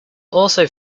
also